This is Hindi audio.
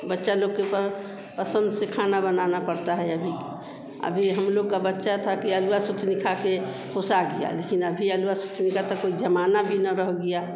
बच्चे लोग के पह पसन्द से खाना बनाना पड़ता है अभी अभी हम लोग का बच्चे थे कि अलुआ सुथनी खाकर होशियार गया लेकिन अभी अलुआ सुथनी का तो कोई ज़माना भी ना रह गया